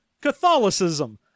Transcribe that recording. Catholicism